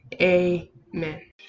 amen